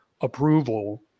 approval